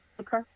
Okay